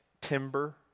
timber